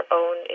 own